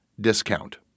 discount